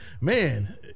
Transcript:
man